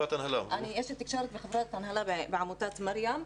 אני אשת תקשורת וחברת הנהלה בעמותת 'מרים'.